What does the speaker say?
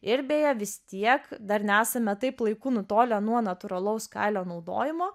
ir beje vis tiek dar nesame taip laiku nutolę nuo natūralaus kailio naudojimo